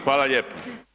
Hvala lijepo.